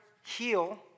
heal